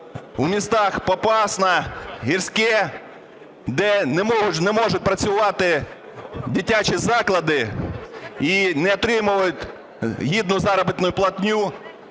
в містах Попасна, Гірське, де не можуть працювати дитячі заклади і не отримують гідну заробітну платню